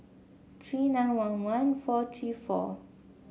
three nine one one four three four